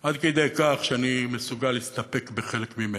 עד כדי כך שאני מסוגל להסתפק בחלק ממנה.